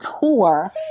tour